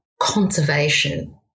conservation